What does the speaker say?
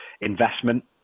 investment